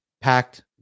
packed